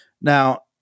Now